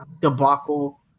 debacle